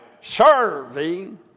Serving